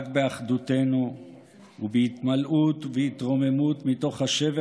רק באחדותנו ובהתמלאות ובהתרוממות מתוך השבר